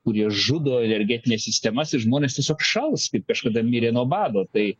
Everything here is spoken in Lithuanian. kurie žudo energetines sistemas ir žmonės šals kaip kažkada mirė nuo bado tai